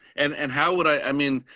and and how would i mean,